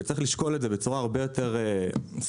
וצריך לשקול את זה בצורה הרבה יותר ספציפית.